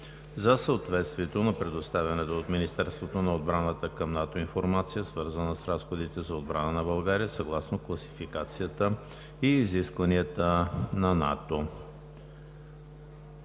за съответствието на предоставената от Министерството на отбраната към НАТО информация, свързана с разходите за отбрана на България, съгласно класификацията и изискванията на НАТО